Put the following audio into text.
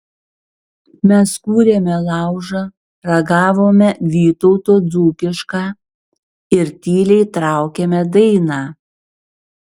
mes kūrėme laužą ragavome vytauto dzūkišką ir tyliai traukėme dainą